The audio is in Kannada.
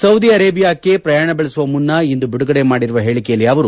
ಸೌದಿ ಅರೇಬಿಯಾಕ್ಷೆ ಪ್ರಯಾಣ ದೆಳೆಸುವ ಮುನ್ನ ಇಂದು ಬಿಡುಗಡೆ ಮಾಡಿರುವ ಹೇಳಿಕೆಯಲ್ಲಿ ಅವರು